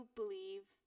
believe